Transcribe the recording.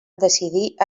decidir